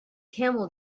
camel